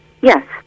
Yes